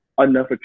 enough